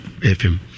FM